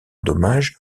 dommage